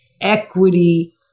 equity